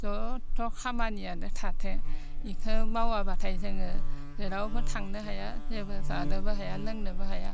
जथ्थ' खामानियानो थाथों बेखौ मावाब्लाथाय जोङो जेरावबो थांनो हाया जेबो जानोबो हाया लोंनोबो हाया